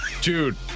Dude